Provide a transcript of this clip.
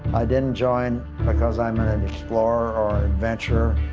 i didn't join because i'm an and explorer or adventurer,